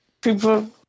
people